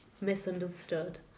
misunderstood